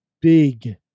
big